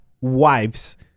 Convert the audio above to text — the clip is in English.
wives